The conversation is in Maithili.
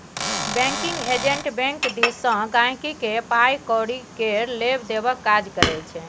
बैंकिंग एजेंट बैंक दिस सँ गांहिकी केर पाइ कौरी केर लेब देबक काज करै छै